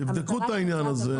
תבדקו את העניין הזה.